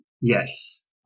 yes